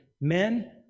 Men